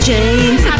James